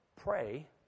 pray